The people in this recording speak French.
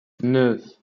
neuf